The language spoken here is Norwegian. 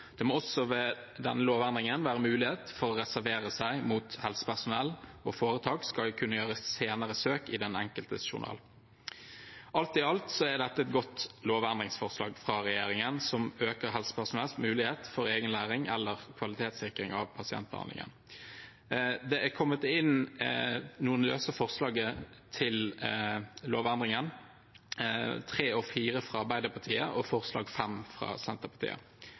Det må også ved denne lovendringen være mulighet for å reservere seg mot at helsepersonell og foretak skal kunne gjøre senere søk i den enkeltes journal. Alt i alt er dette et godt lovendringsforslag fra regjeringen, som øker helsepersonells mulighet for egen læring eller kvalitetssikring av pasientbehandlingen. Det har kommet inn noen såkalte løse forslag til lovendringen – forslagene nr. 3 og 4 fra Arbeiderpartiet og forslag nr. 5 fra Senterpartiet.